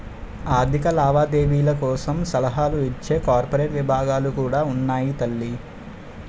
ఆర్థిక లావాదేవీల కోసం సలహాలు ఇచ్చే కార్పొరేట్ విభాగాలు కూడా ఉన్నాయి తల్లీ